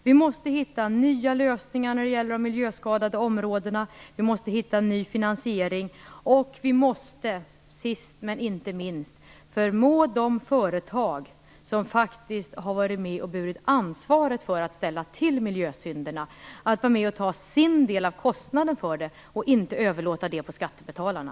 Vi måste hitta nya lösningar, ny finansiering och vi måste, sist men inte minst, förmå de företag som faktiskt har varit med och burit ansvaret för att ställa till miljösynderna att ta sin del av kostnaden och inte överlåta på skattebetalarna.